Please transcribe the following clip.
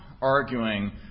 arguing